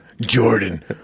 Jordan